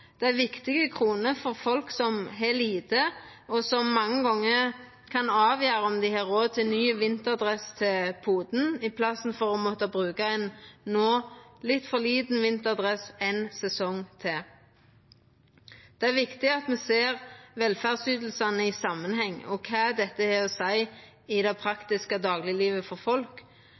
det er viktige kroner for folk som har lite. Det kan mange gonger avgjera om dei har råd til ny vinterdress til poden i staden for å måtta bruka ein litt for liten vinterdress ein sesong til. Det er viktig at me ser velferdsytingane i samanheng, kva dette har å seia i det praktiske dagleglivet for folk,